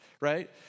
right